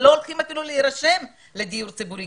שלא הולכים אפילו להירשם לדיור ציבורי,